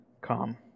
come